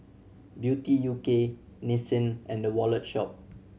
Beauty U K Nissin and The Wallet Shop